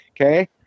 Okay